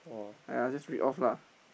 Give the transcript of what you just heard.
!aiya! just read off lah